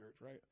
right